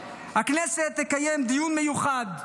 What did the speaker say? הכנסת תקיים דיון מיוחד,